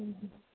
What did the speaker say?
હમ્મ હં